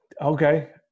Okay